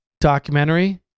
documentary